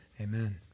amen